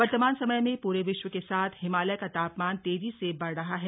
वर्तमान समय में पूरे विश्व के साथ हिमालय का तापमान तेजी से बढ़ रहा है